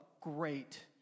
great